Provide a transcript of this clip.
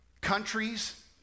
countries